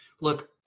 look